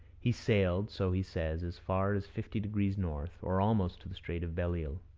he sailed, so he says, as far as fifty degrees north, or almost to the strait of belle